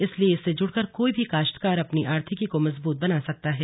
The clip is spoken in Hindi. इसलिए इससे जुड़कर कोई भी काश्तकार अपनी आर्थिकी को मजबूत बना सकता है